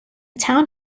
town